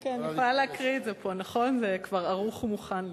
אני יכולה להקריא את זה פה, זה כבר ערוך ומוכן לי.